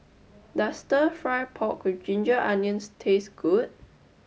does Stir Fry Pork with Ginger Onions taste good